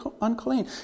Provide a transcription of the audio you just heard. unclean